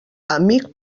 amic